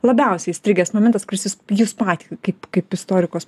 labiausiai įstrigęs momentas kuris jus jus patį kaip kaip istorikos